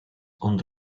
und